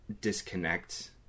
disconnect